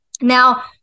Now